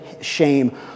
shame